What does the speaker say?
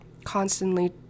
constantly